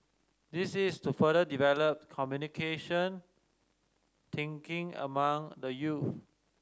this is to further develop communication thinking among the young